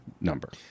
number